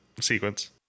sequence